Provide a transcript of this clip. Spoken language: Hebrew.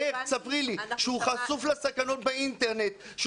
הוא חשוף לסכנות באינטרנט,